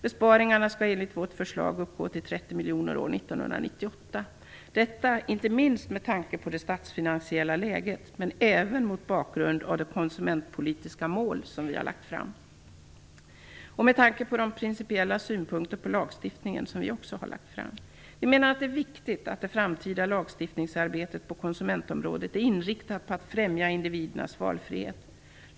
Besparingarna skall enligt vårt förslag uppgå till 30 miljoner år 1998, inte minst med tanke på det statsfinansiella läget men även mot bakgrund av de konsumentpolitiska mål och de principiella synpunkter på lagstiftningen som vi har lagt fram. Vi menar att det är viktigt att det framtida lagstiftningsarbetet på konsumentområdet är inriktat på att främja individernas valfrihet.